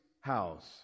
house